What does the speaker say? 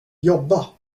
jobba